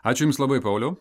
ačiū jums labai pauliau